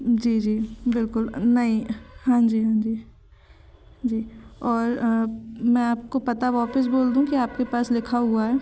जी जी बिल्कुल नहीं हाँ जी हाँ जी जी और मैं आपको पता वापस बोल दूँ कि आपके पास लिखा हुआ है